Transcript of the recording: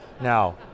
Now